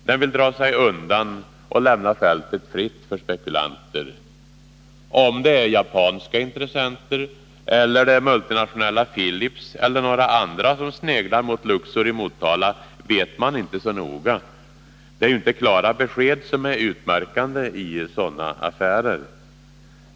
Den vill dra sig undan och lämna fältet fritt för spekulanter. Om det är japanska intressenter eller det multinationella Philips eller 121 några andra som sneglar mot Luxor i Motala vet man inte så noga. Det är ju inte klara besked som är utmärkande i sådana affärer.